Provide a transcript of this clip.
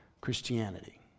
Christianity